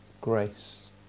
grace